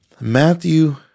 Matthew